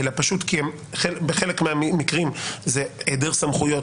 כי פשוט בחלק מהמקרים זה היעדר סמכויות